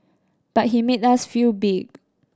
but he made us feel big